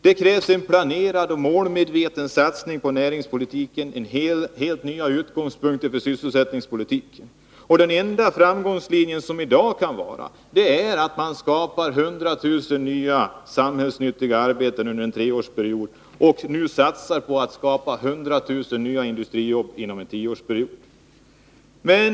Det krävs en planerad och målmedveten satsning på näringspolitiken och helt nya utgångspunkter för sysselsättningspolitiken. Och den enda fram 8 Riksdagens protokoll 19811/82:85-87 gångslinjen i dag är att skapa 100 000 nya, samhällsnyttiga arbeten under en treårsperiod och nu satsa på att skapa 100 000 nya industrijobb under en tioårsperiod.